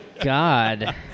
God